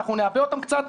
אנחנו נעבה אותם קצת.